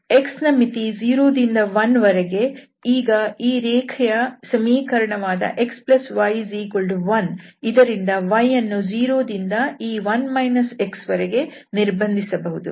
xನ ಮಿತಿ 0 ದಿಂದ 1 ರ ವರೆಗೆ ಈಗ ಆ ರೇಖೆಯ ಸಮೀಕರಣವಾದ xy1 ಇದರಿಂದ yಅನ್ನು 0 ದಿಂದ ಈ 1 x ವರೆಗೆ ನಿರ್ಬಂಧಿಸಬಹುದು